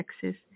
Texas